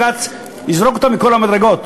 אני מקווה שבג"ץ יזרוק אותם מכל המדרגות,